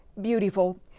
beautiful